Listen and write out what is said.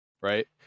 right